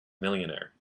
millionaire